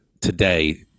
today